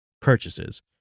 purchases